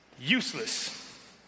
useless